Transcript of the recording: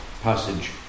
passage